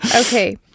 Okay